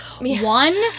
one